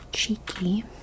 cheeky